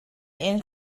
inn